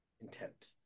Intent